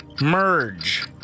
Merge